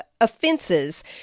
offenses